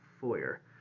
foyer